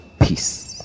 peace